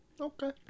Okay